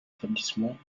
établissements